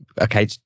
okay